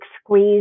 squeeze